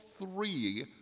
three